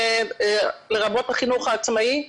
לרבות החינוך העצמאי,